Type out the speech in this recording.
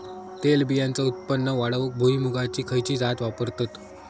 तेलबियांचा उत्पन्न वाढवूक भुईमूगाची खयची जात वापरतत?